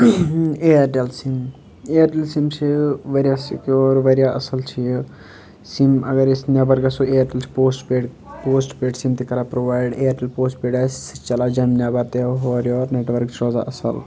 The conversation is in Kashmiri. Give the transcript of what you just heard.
اِیَرٹیٚل سِم اِیَرٹیٚل سِم چھِ واریاہ سِکیور واریاہ اَصٕل چھِ یہِ سِم اگر أسۍ نیٚبَر گَژھو اِیَرٹیل چھِ postpaid postpaid sim تہِ کَران پرٛووایڈ اِیَرٹَل پوسٹ پیڈ آسہِ سُہ چھِ چَلان جوٚمہِ نیٚبَر تہِ ہورٕ یورٕ نیٚٹ ؤرٕک چھُ روزان اَصٕل